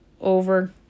over